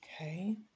Okay